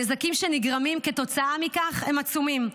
הנזקים שנגרמים כתוצאה מכך עצומים.